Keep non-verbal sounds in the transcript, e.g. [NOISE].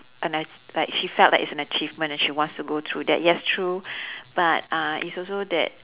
an a~ like she felt that it's an achievement and she wants to go through that yes true [BREATH] but uh it's also that